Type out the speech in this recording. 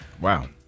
Wow